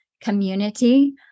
community